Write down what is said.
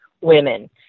women